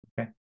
okay